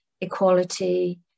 equality